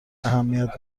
اهمیت